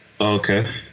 Okay